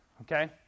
Okay